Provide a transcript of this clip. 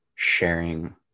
sharing